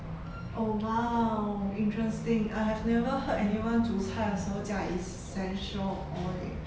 oh !wow! interesting I have never heard anyone 煮菜的时候加 essential oil